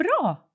bra